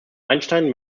einstein